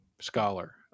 scholar